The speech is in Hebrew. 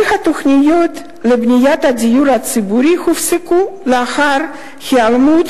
כל התוכניות לבניית דיור ציבורי הופסקו לאחר היעלמותה